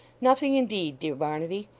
nothing indeed, dear barnaby.